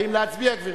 האם להצביע, גברתי?